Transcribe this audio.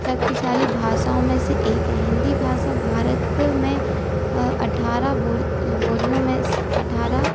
शक्तिशाली भाषाओं में से एक है हिंदी भाषा भारत में अट्ठार बोल बोलियों में से अट्ठारह